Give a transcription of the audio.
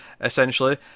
essentially